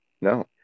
No